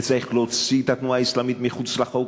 וצריך להוציא את התנועה האסלאמית מחוץ לחוק,